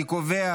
אני קובע